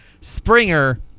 Springer